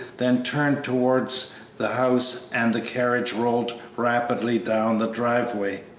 then turned towards the house, and the carriage rolled rapidly down the driveway.